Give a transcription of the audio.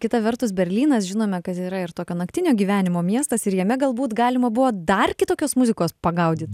kitą vertus berlynas žinome kad yra ir tokio naktinio gyvenimo miestas ir jame galbūt galima buvo dar kitokios muzikos pagaudyt